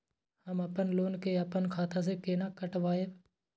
हम अपन लोन के अपन खाता से केना कटायब?